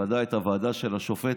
בוודאי את הוועדה של השופטת,